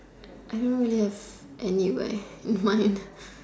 I don't really have anywhere mine